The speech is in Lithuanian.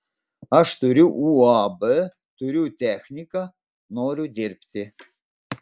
aš turiu uab turiu techniką noriu dirbti